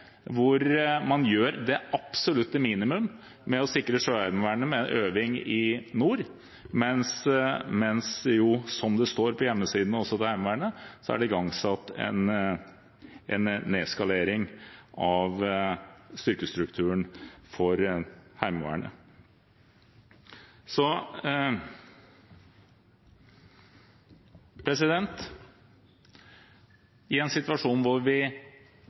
hvor man gjør det absolutte minimum med å sikre Sjøheimevernet med en øving i nord, mens det, som det jo også står på hjemmesidene til Heimevernet, er igangsatt en nedskalering av styrkestrukturen for Heimevernet. I en situasjon hvor vi